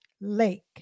Lake